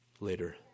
later